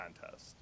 contest